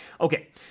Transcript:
Okay